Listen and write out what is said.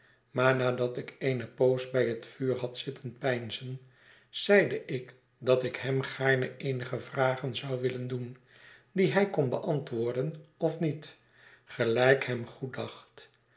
maar nadat ik eene poos bij het vuur had zitten peinzen zeide ik dat ik hem gaarne eenige vragen zou willen doen die hij kon beantwoorden of niet gelijk hem